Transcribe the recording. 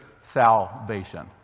salvation